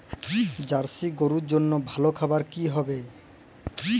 Jersey গরুর জন্য ভালো খাবার কি হবে?